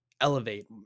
elevate